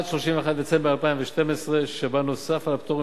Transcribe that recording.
וזה נוסף על הצעדים